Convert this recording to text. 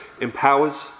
empowers